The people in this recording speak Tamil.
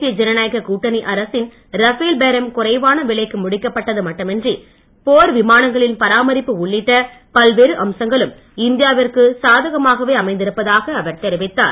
தேசிய ஜனநாயக கூட்டணி அரசின் ரபேல் பேரம் குறைவான விலைக்கு முடிக்கப்பட்டது மட்டுமின்றி போர் விமானங்களின் பராமரிப்பு உள்ளிட்ட பல்வேறு அம்சங்களும் இந்தியாவிற்கு சாதகமாகவே அமைந்திருப்பதாக அவர் தெரிவித்தார்